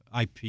ip